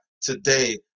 today